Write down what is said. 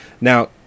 Now